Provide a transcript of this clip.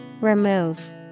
Remove